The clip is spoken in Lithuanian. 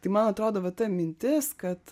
tai man atrodo va ta mintis kad